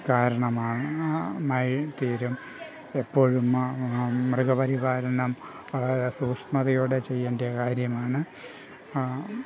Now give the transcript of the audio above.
കാരണമാണ് മായി തീരും എപ്പോഴും മൃഗപരിപാലനം വളരെ സൂക്ഷ്മതയോടെ ചെയ്യേണ്ട കാര്യമാണ്